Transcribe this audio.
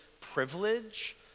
privilege